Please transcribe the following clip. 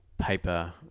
paper